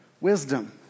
Wisdom